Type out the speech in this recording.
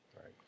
right